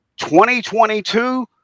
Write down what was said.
2022